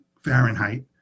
Fahrenheit